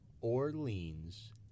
Orleans